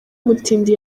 umutindi